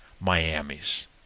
Miamis